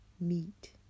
meet